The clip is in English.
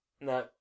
No